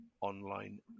online